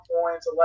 points